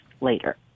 later